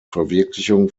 verwirklichung